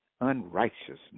unrighteousness